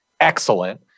excellent